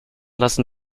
lassen